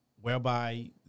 whereby